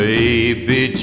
Baby